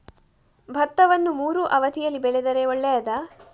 ಭತ್ತವನ್ನು ಮೂರೂ ಅವಧಿಯಲ್ಲಿ ಬೆಳೆದರೆ ಒಳ್ಳೆಯದಾ?